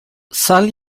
sal